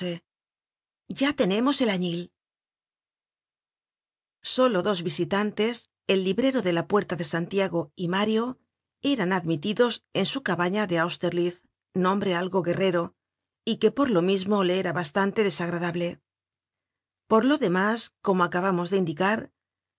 ya tenemos el añil solo dos visitantes el librero de la puerta de santiago y mario eran admitidos en su cabaña de austerlitz nombre algo guerrero y que por lo mismo le era bastante desagradable por lo demás como acabamos de indicar